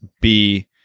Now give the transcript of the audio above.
be-